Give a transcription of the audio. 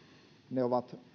ne ovat